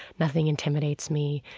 nothing intimidates me,